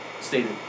stated